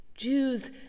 Jews